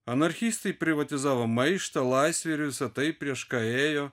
anarchistai privatizavo maištą laisvę ir visa tai prieš ką ėjo